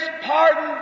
pardon